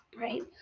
right